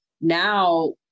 now